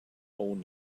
own